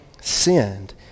sinned